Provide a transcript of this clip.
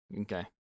Okay